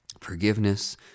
Forgiveness